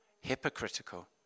Hypocritical